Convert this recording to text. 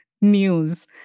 news